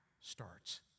starts